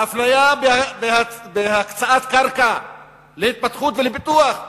האפליה בהקצאת קרקע להתפתחות ולפיתוח.